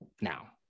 now